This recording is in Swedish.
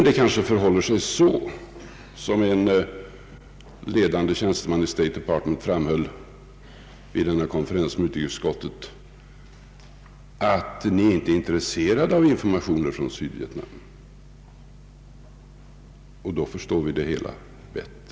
Det kanske förhåller sig så, som en ledande tjänsteman i State Department framhöll vid denna konferens med «utrikesutskottet, att svenska regeringen tydligen inte är intresserad av informationer från Sydvietnam. Då förstår vi det hela bättre.